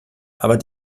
aber